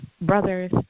brothers